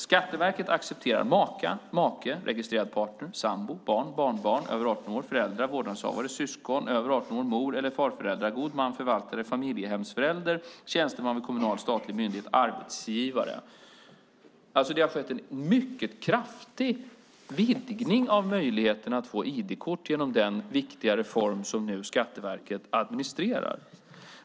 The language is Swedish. Skatteverket accepterar maka, make, registrerad partner, sambo, barn och barnbarn över 18 år, föräldrar, vårdnadshavare, syskon över 18 år, mor eller farföräldrar, god man, förvaltare, familjehemsförälder, tjänsteman vid kommunal eller statlig myndighet och arbetsgivare. Det har skett en mycket kraftig vidgning av möjligheten att få ID-kort genom den viktiga reform som nu Skatteverket administrerar.